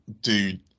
dude